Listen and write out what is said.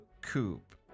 coupe